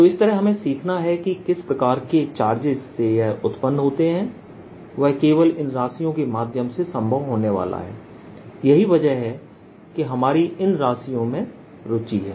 तो इस तरह हमें सीखना है कि किस प्रकार के चार्जेज से यह उत्पन्न होते हैं वह केवल इन राशियों के माध्यम से संभव होने वाला है यही वजह है कि हमारी इन राशियों में रुचि है